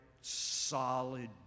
solid